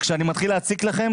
כשאני מתחיל להציק לכם,